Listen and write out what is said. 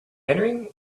entering